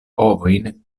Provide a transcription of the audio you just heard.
ovojn